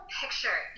picture